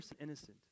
innocent